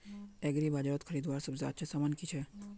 एग्रीबाजारोत खरीदवार सबसे अच्छा सामान की छे?